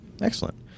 Excellent